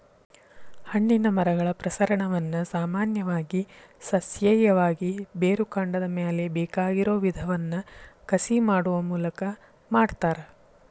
ಹಣ್ಣಿನ ಮರಗಳ ಪ್ರಸರಣವನ್ನ ಸಾಮಾನ್ಯವಾಗಿ ಸಸ್ಯೇಯವಾಗಿ, ಬೇರುಕಾಂಡದ ಮ್ಯಾಲೆ ಬೇಕಾಗಿರೋ ವಿಧವನ್ನ ಕಸಿ ಮಾಡುವ ಮೂಲಕ ಮಾಡ್ತಾರ